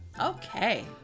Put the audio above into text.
Okay